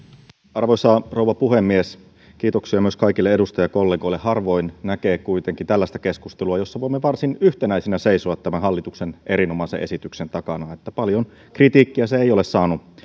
arvoisa rouva puhemies kiitoksia kaikille edustajakollegoille harvoin näkee tällaista keskustelua jossa voimme varsin yhtenäisinä seisoa tämän hallituksen erinomaisen esityksen takana paljon kritiikkiä se ei ole saanut